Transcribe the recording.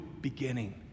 beginning